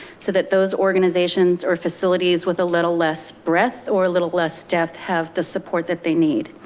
so that those organizations or facilities with a little less breath or a little less depth have the support that they need.